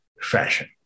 fashion